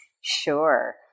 Sure